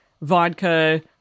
vodka